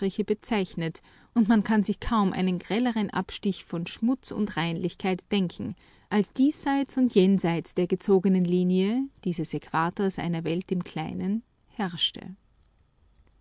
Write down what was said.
bezeichnet und man kann sich kaum einen grelleren abstich von schmutz und reinlichkeit denken als diesseits und jenseits der gezogenen linie dieses äquators einer welt im kleinen herrschte